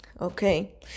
Okay